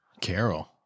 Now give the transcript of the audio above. Carol